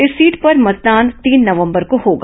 इस सीट पर मतदान तीन नवंबर को होगा